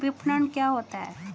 विपणन क्या होता है?